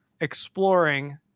exploring